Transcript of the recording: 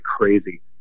crazy